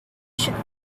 should